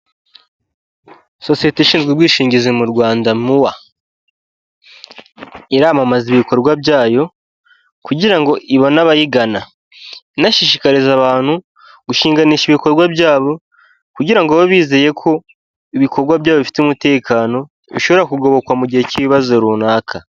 Sosiyete ishinzwe ubwishingizi mu Rwanda MUA, iramamaza ibikorwa byayo, kugira ngo ibone abayigana. Inashishikariza abantu gushinganisha ibikorwa byabo, kugira ngo babe bizeyeko, ibikorwa byabo bifite mutekano, bishobora kugobokwa mu gihe k'ibibazo runaka.